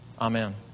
Amen